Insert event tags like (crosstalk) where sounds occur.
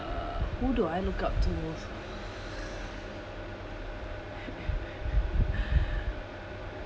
uh who do I look up to (laughs)